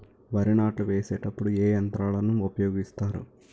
వరి నాట్లు వేసేటప్పుడు ఏ యంత్రాలను ఉపయోగిస్తారు?